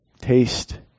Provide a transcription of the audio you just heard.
taste